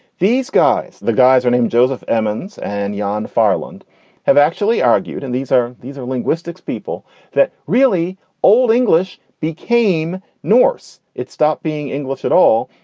these guys, the guys are named joseph emons and john yeah ah and farland have actually argued. and these are these are linguistics people that really old english became norse. it stopped being english at all.